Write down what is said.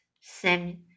Sam